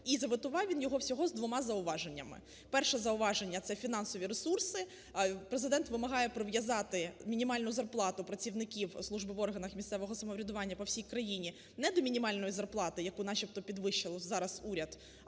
і заветував він його всього з двома зауваженнями. Перше зауваження – це фінансові ресурси. Президент вимагає прив'язати мінімальну зарплату працівників служби в органах місцевого самоврядування по всій країні не до мінімальної зарплати, яку начебто підвищив зараз уряд,